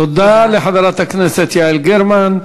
תודה לחברת הכנסת יעל גרמן.